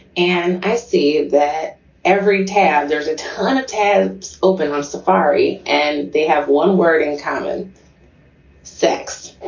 and i see that every tab, there's a ton of tabs open on safari. and they have one word in common sex.